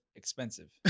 expensive